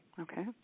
Okay